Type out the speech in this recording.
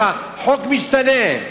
חוק משתנה.